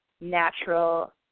natural